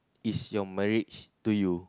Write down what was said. is your marriage to you